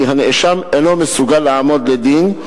כי הנאשם אינו מסוגל לעמוד לדין,